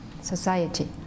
society